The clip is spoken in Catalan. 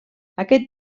aquest